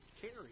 carry